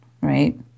Right